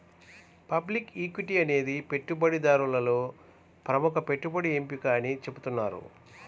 public equity అనేది పెట్టుబడిదారులలో ప్రముఖ పెట్టుబడి ఎంపిక అని చెబుతున్నారు